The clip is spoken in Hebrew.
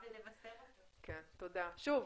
שוב,